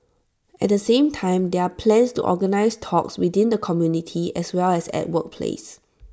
at the same time there are plans to organise talks within the community as well as at workplace